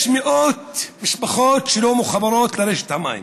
יש מאות משפחות שלא מחוברות לרשת המים.